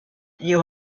you